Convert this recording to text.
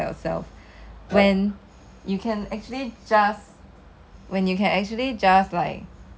prices also similar leh then 还要这么多工 still have to wash lah still have to do everything by yourself